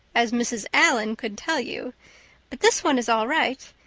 as mrs. allan could tell you, but this one is all right.